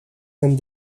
and